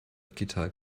guitar